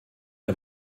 der